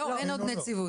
לא, אין עוד נציבות.